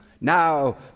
Now